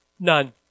None